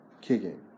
kicking